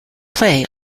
play